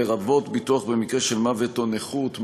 לרבות ביטוח למקרה של מוות או נכות,